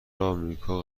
آمریکا